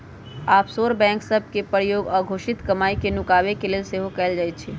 offshore bank सभ के प्रयोग अघोषित कमाई के नुकाबे के लेल सेहो कएल जाइ छइ